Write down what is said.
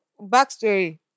backstory